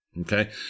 Okay